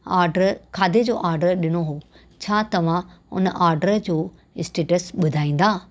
order खाधे जो order ॾिनो हो छा तव्हां हुन ऑडर जो स्टेटस ॿुधाईंदा